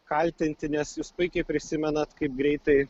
kaltinti nes jūs puikiai prisimenat kaip greitai